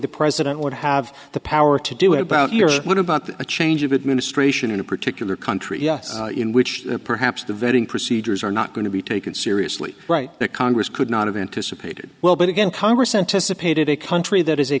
the president would have the power to do it out here what about a change of administration in a particular country in which perhaps the vetting procedures are not going to be taken seriously right that congress could not have anticipated well but again congress anticipated a country that is a